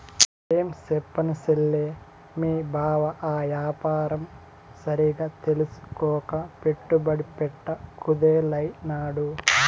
ఏంచెప్పను సెల్లే, మీ బావ ఆ యాపారం సరిగ్గా తెల్సుకోక పెట్టుబడి పెట్ట కుదేలైనాడు